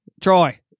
Troy